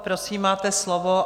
Prosím, máte slovo.